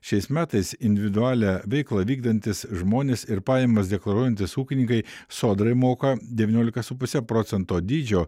šiais metais individualią veiklą vykdantys žmonės ir pajamas deklaruojantys ūkininkai sodrai moka devyniolika su puse procento dydžio